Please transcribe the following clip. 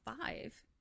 five